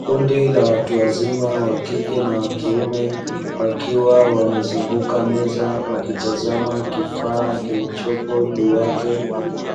Kundi la watu wazima wa kike na wa kiume wakiwa wamezunguka meza wakitazama kifaa kilichopo juu yake